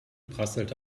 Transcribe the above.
prasselte